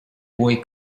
boy